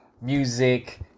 music